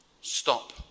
Stop